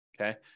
okay